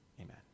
Amen